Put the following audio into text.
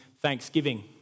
thanksgiving